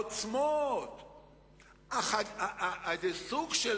העוצמות, זה סוג של